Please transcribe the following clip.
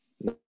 no